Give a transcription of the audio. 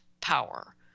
power